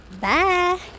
Bye